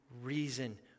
reason